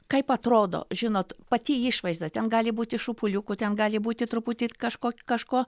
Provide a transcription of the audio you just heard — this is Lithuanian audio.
kaip atrodo žinot pati išvaizda ten gali būti šupuliukų ten gali būti truputį kažko kažko